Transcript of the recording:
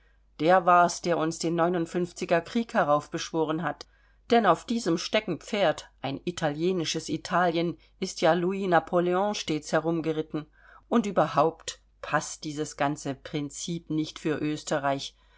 der war's der uns den er krieg heraufbeschworen hat denn auf diesem steckenpferd ein italienisches italien ist ja louis napoleon stets herumgeritten und überhaupt paßt dieses ganze prinzip nicht für österreich